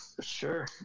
Sure